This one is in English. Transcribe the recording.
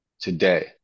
today